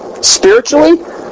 spiritually